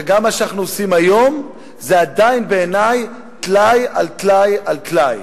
וגם מה שאנחנו עושים היום בעיני זה עדיין טלאי על טלאי על טלאי.